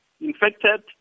infected